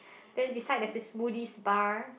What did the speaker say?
then beside there's this smoothie's bar